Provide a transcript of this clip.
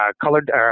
colored